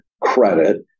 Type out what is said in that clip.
credit